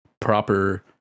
proper